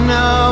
no